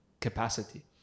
capacity